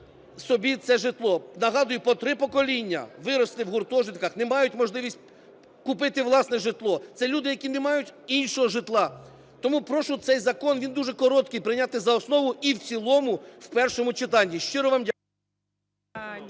собі це житло. Нагадую, по три покоління виросли в гуртожитках, не мають можливість купити власне житло, це люди, які не мають іншого житла. Тому прошу цей закон, він дуже короткий, прийняти за основу і в цілому в першому читанні. Щиро вам дякую.